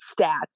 stats